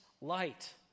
light